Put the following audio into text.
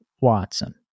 Watson